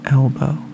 elbow